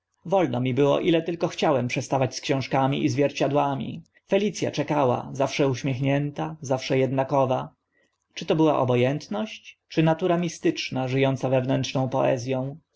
wolno mi było ile tylko chciałem przestawać z książkami i zwierciadłami felic a czekała zawsze uśmiechnięta zawsze ednakowa czy to była obo ętność czy natura mistyczna ży ąca wewnętrzną poez